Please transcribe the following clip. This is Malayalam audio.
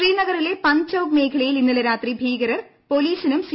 ശ്രീനഗറിലെ പന്ത്ചൌക് മേഖലയിൽ ഇന്ന്ലെ രാത്രി ഭീകരർ പൊലീസിനും സി